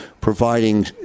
providing